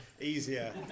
easier